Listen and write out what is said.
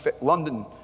London